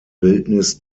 bildnis